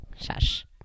shush